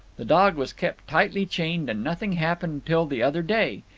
the dog was kept tightly chained, and nothing happened till the other day.